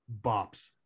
bops